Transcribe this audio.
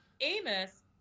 Amos